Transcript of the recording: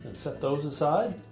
set those aside.